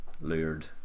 lured